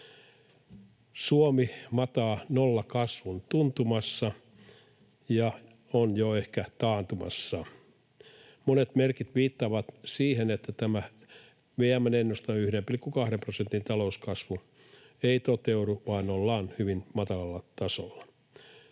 Suomi mataa nollakasvun tuntumassa ja on jo ehkä taantumassa. Monet merkit viittaavat siihen, että tämä VM:n ennuste 1,2 prosentin talouskasvusta ei toteudu, vaan ollaan hyvin matalalla tasolla.